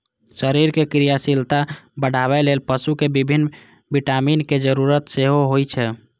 शरीरक क्रियाशीलता बढ़ाबै लेल पशु कें विभिन्न विटामिनक जरूरत सेहो होइ छै